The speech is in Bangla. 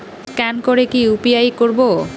স্ক্যান করে কি করে ইউ.পি.আই করবো?